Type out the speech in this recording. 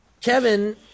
Kevin